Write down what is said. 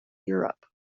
europe